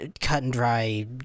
cut-and-dry